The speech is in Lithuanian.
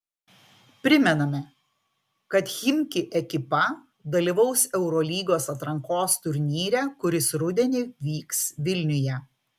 primename kad chimki ekipa dalyvaus eurolygos atrankos turnyre kuris rudenį vyks vilniuje